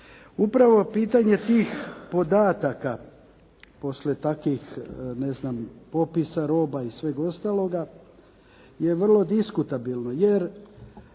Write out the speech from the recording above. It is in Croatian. Upravo pitanje tih podataka poslije takvih, ne znam popisa roba i svega ostaloga, je vrlo diskutabilno, jer